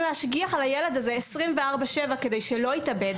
להשגיח על הילד הזה 24/7 כדי שלא יתאבד.